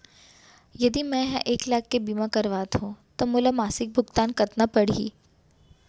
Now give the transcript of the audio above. यदि मैं ह एक लाख के बीमा करवात हो त मोला मासिक भुगतान कतना पड़ही?